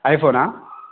iPhone ఆ